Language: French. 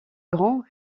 grands